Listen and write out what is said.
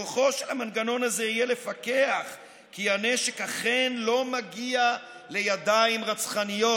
בכוחו של המנגנון הזה יהיה לפקח כי הנשק אכן לא מגיע לידיים רצחניות.